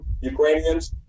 Ukrainians